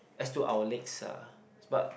as to our legs ah but